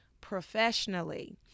professionally